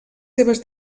seves